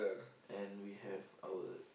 and we have our